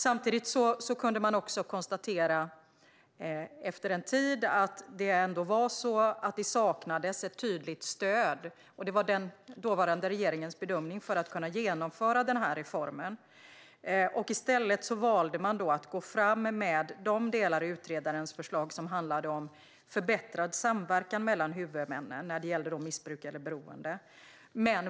Samtidigt kunde man efter en tid konstatera att det saknades ett tydligt stöd - det var den dåvarande regeringens bedömning - för att genomföra reformen. I stället valde man att gå fram med de delar i utredarens förslag som handlade om förbättrad samverkan mellan huvudmännen när det gällde missbrukare och beroende.